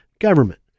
government